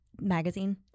magazine